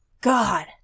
God